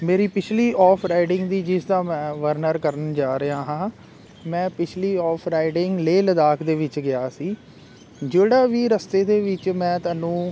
ਮੇਰੀ ਪਿਛਲੀ off riding ਦੀ ਜਿਸ ਦਾ ਮੈਂ ਵਰਨਰ ਕਰਨ ਜਾ ਰਿਹਾ ਹਾਂ ਮੈਂ ਪਿਛਲੀ ਆਫ ਰਾਈਡਿੰਗ ਲੇਹ ਲਦਾਖ ਦੇ ਵਿੱਚ ਗਿਆ ਸੀ ਜਿਹੜਾ ਵੀ ਰਸਤੇ ਦੇ ਵਿੱਚ ਮੈਂ ਤੁਹਾਨੂੰ